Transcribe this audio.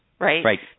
Right